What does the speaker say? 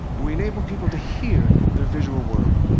and we enable people to hear their visual world.